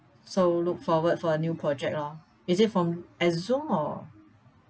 so look forward for a new project lor is it from at Zoom or